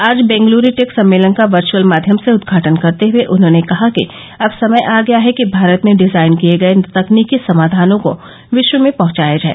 आज बेंगल्रू टेक सम्मेलन का वर्चअल माध्यम से उद्घाटन करते हुए उन्होंने कहा कि अब समय आ गया है कि भारत में डिजाइन किए गए तकनीकी समाधानों को विश्व में पहुंचाया जाए